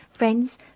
Friends